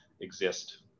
exist